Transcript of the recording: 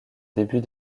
début